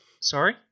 Sorry